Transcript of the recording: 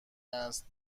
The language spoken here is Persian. است